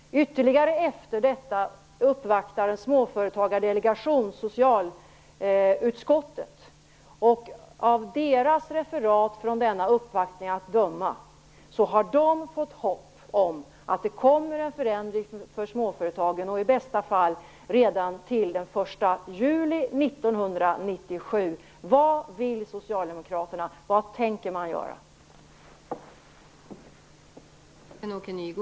Ytterligare en tid därefter uppvaktade en småföretagardelegation socialutskottet. Av referatet från denna uppvaktning att döma fick dessa småföretagare hopp om att det skulle komma en förändring för småföretagen, i bästa fall redan till den 1 juli 1997.